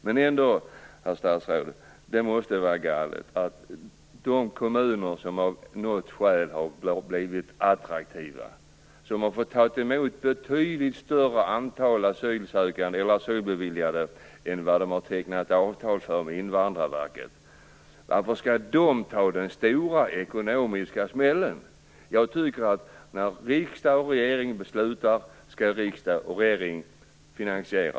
Det måste vara galet, herr statsråd, att de kommuner som av något skäl har blivit attraktiva, som har fått ta emot ett betydligt större antal asylbeviljade än vad de har tecknat avtal för med Invandrarverket, skall ta den stora ekonomiska smällen. När riksdag och regering beslutar skall riksdag och regering finansiera.